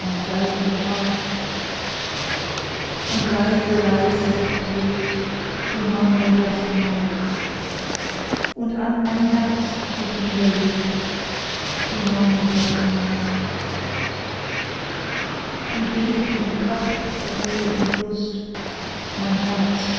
wallt ihr haar und leise leise sich bewegt die marmorblasse maid und an mein herz sich niederlegt die marmorblasse maid wie bebt und pocht vor weh und lust mein herz